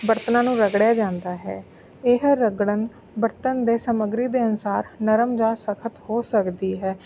ਬਰਤਨਾਂ ਨੂੰ ਰਗੜਿਆ ਜਾਂਦਾ ਹੈ ਇਹ ਰਗੜਨ ਬਰਤਨ ਦੇ ਸਮੱਗਰੀ ਦੇ ਅਨੁਸਾਰ ਨਰਮ ਜਾਂ ਸਖ਼ਤ ਹੋ ਸਕਦੀ ਹੈ